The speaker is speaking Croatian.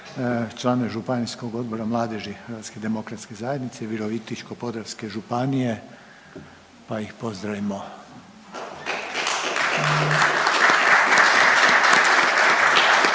članove Županijskog odbora mladeži HDZ-a Virovitičko-podravske županije pa ih pozdravimo.